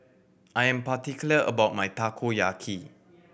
I am particular about my Takoyaki